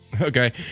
Okay